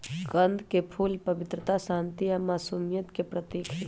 कंद के फूल पवित्रता, शांति आ मासुमियत के प्रतीक हई